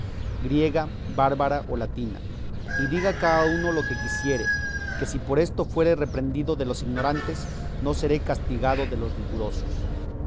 griega bárbara o latina y diga cada uno lo que quisiere que si por esto fuere reprehendido de los ignorantes no seré castigado de los rigurosos